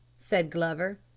said glover.